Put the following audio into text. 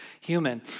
human